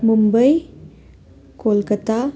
Mumbai Kolkata